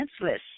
senseless